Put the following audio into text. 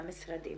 והמשרדים.